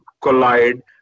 collide